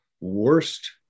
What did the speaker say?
worst